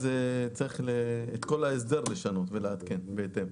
צריך לשנות את כל ההסדר ולעדכן בהתאם.